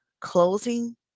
closing